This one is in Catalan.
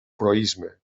proïsme